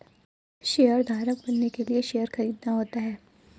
शेयरधारक बनने के लिए शेयर खरीदना होता है